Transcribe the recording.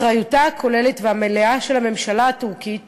אחריותה הכוללת והמלאה של הממשלה הטורקית